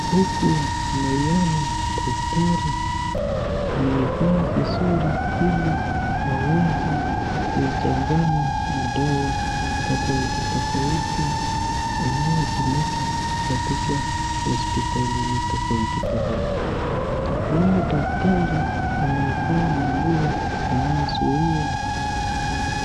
Huku naiona daktari ameivaa vizuri ili aweze kuichanganganya madawa tofauti tofauti inayotumika katika hospitalini tofauti tofauti. Huyu daktari ameivaa manguo inayozuia